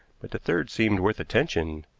but the third seemed worth attention.